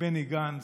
בני גנץ,